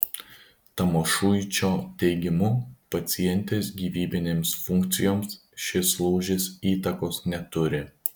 tamošuičio teigimu pacientės gyvybinėms funkcijoms šis lūžis įtakos neturi